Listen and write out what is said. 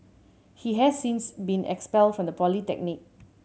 he has since been expelled from the polytechnic